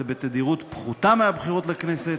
זה בתדירות פחותה מהבחירות לכנסת,